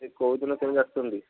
ସେ କେଉଁ ଦିନ କେମିତି ଆସୁଛନ୍ତି